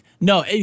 No